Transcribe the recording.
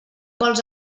vols